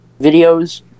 videos